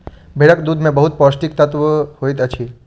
भेड़क दूध में बहुत पौष्टिक तत्व होइत अछि